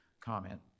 comment